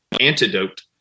antidote